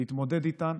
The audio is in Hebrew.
להתמודד איתן.